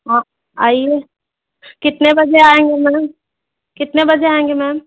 हाँ आइए कितने बजे आएँगे मैडम कितने बजे आएँगे मैम